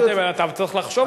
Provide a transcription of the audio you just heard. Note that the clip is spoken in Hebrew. צריך לחשוב על זה.